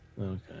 Okay